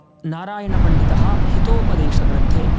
नारायणपण्डितः हितोपदेशग्रन्थे